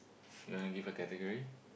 you wanna give a category